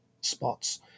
spots